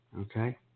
Okay